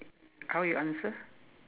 how you answer